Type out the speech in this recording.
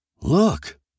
Look